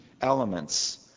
elements